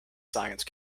science